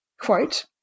quote